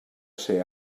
ser